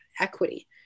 equity